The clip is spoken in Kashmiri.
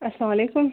السلامُ علیکم